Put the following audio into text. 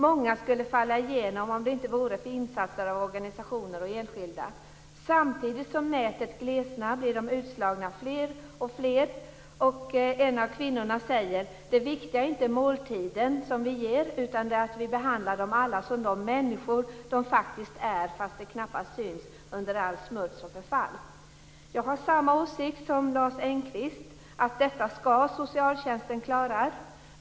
Många skulle falla igenom om det inte vore insatser av organisationer och enskilda. Samtidigt som nätet glesnar blir de utslagna fler och fler. En av kvinnorna säger: Det viktiga är inte måltiden som vi ger utan det att vi behandlar dem alla som de människor de faktiskt är fast det knappast syns under all smuts och allt förfall. Jag har samma åsikt som Lars Engqvist, att detta skall socialtjänsten klara.